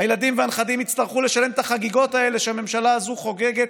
הילדים והנכדים יצטרכו לשלם את החגיגות האלה שהממשלה הזאת חוגגת